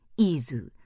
Izu